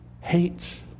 hates